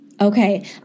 Okay